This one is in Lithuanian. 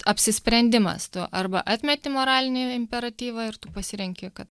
apsisprendimas tu arba atmeti moralinį imperatyvą ir tu pasirenki kad